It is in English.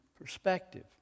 perspective